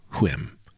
whim